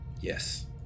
Yes